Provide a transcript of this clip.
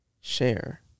share